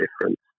difference